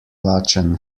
lačen